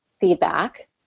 feedback